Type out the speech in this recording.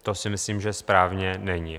To si myslím, že správné není.